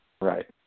Right